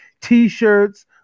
T-shirts